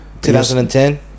2010